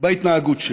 בהתנהגות שלי.